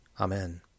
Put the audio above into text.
Amen